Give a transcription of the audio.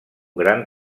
gran